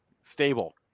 stable